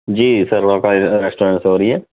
جی سر restaurant سے ہو رہی ہے